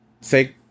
say